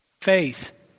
faith